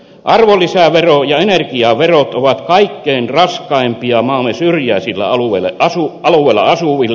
arvonlisävero ja energiaverot ovat kaikkein raskaimpia maamme syrjäisillä alueilla asuville